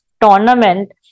tournament